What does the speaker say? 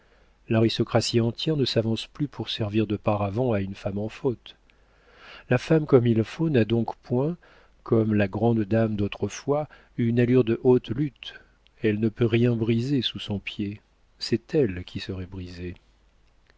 l'aristocratie entière ne s'avance plus pour servir de paravent à une femme en faute la femme comme il faut n'a donc point comme la grande dame d'autrefois une allure de haute lutte elle ne peut rien briser sous son pied c'est elle qui serait brisée